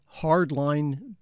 hardline